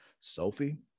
Sophie